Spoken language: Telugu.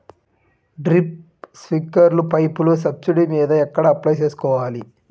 డ్రిప్, స్ప్రింకర్లు పైపులు సబ్సిడీ మీద ఎక్కడ అప్లై చేసుకోవాలి?